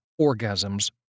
orgasms